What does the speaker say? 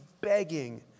begging